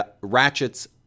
ratchets